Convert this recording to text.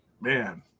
Man